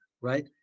right